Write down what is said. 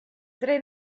tre